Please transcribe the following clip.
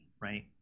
Right